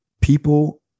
People